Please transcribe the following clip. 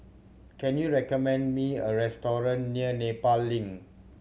can you recommend me a restaurant near Nepal Link